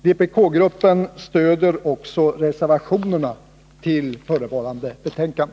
Vpk-gruppen stöder också reservationerna till förevarande betänkande.